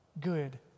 good